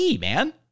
man